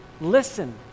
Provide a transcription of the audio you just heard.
listen